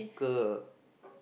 local